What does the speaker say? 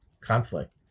conflict